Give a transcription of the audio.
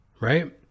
right